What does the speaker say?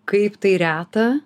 kaip tai reta